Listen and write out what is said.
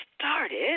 started